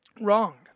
wrong